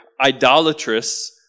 idolatrous